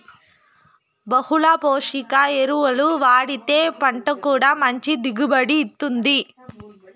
బహుళ పోషక ఎరువులు వాడితే పంట కూడా మంచి దిగుబడిని ఇత్తుంది